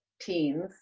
teens